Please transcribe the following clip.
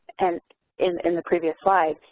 and in the previous slide,